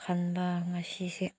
ꯈꯟꯕ ꯉꯁꯤꯁꯦ